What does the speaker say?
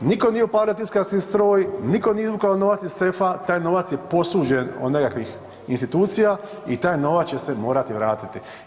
Niko nije upalio tiskarski stroj, niko nije izvukao novac iz sefa, taj novac je posuđen od nekakvih institucija i taj novac će se morati vratiti.